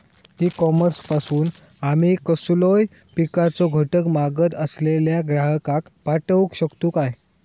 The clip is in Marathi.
ई कॉमर्स पासून आमी कसलोय पिकाचो घटक मागत असलेल्या ग्राहकाक पाठउक शकतू काय?